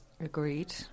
Agreed